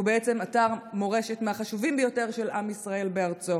שהוא בעצם אתר מורשת מהחשובים ביותר של עם ישראל בארצו?